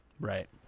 Right